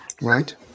right